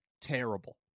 terrible